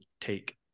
take